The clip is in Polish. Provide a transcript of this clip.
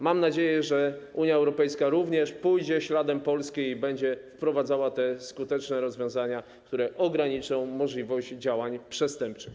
Mam nadzieję, że Unia Europejska również pójdzie śladem Polski i będzie wprowadzała te skuteczne rozwiązania, które ograniczą możliwość działań przestępczych.